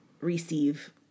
receive